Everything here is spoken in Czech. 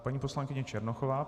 Paní poslankyně Černochová.